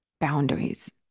boundaries